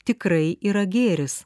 tikrai yra gėris